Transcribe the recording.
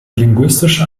linguistische